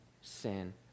sin